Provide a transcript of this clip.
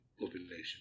population